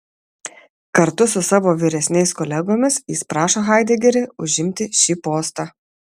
kartu su savo vyresniais kolegomis jis prašo haidegerį užimti šį postą